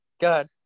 Good